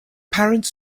parents